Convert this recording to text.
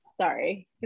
sorry